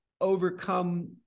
overcome